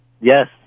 Yes